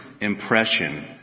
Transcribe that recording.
impression